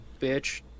bitch